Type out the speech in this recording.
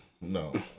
No